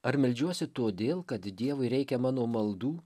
ar meldžiuosi todėl kad dievui reikia mano maldų